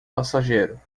passageiro